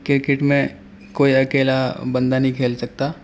cricket میں کوئی اکیلا بندہ نہیں کھیل سکتا